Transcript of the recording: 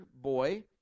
boy